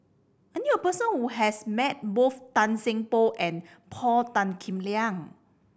I knew a person who has met both Tan Seng Poh and Paul Tan Kim Liang